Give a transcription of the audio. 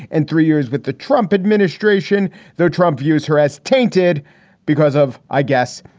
and three years with the trump administration though trump views her as tainted because of, i guess,